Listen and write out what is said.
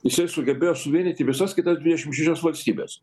jisai sugebėjo suvienyti visas kitas dvidešimt šešias valstybes